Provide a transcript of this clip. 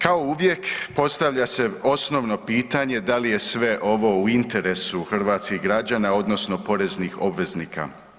Kao uvijek postavlja se osnovno pitanje da li je sve ovo u interesu hrvatskih građana odnosno poreznih obveznika?